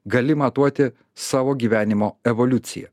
gali matuoti savo gyvenimo evoliuciją